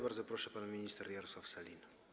Bardzo proszę, pan minister Jarosław Sellin.